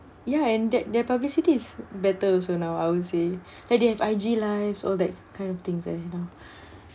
ya and their their publicity is better also now I would say ya they have I_G lives all that kind of things ah you know